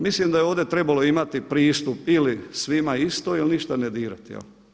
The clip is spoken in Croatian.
Mislim da je ovdje trebalo imati pristup ili svima isto ili ništa ne dirati.